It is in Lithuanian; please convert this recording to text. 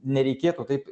nereikėtų taip